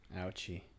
ouchie